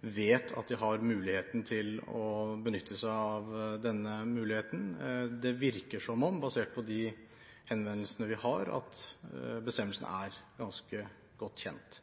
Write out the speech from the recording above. vet at de har muligheten til å benytte seg av denne ordningen. Basert på de henvendelsene vi har, virker det som om bestemmelsen er ganske godt kjent.